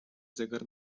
zegar